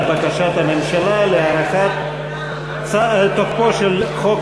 בקשת הממשלה להאריך בצו את תוקפו של חוק